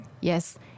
Yes